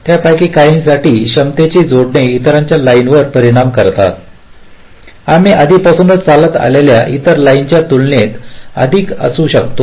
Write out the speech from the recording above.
त्यापैकी काहिंसाठी क्षमतेचे जोडणे इतरांच्या लाईन वर परिणाम करतात आम्ही आधीपासूनच चालत असलेल्या इतर लाईन च्या तुलनेत अधिक असू शकतो